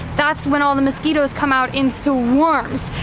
that's when all the mosquitoes come out in so swarms.